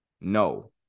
No